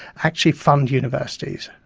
actually fund universities,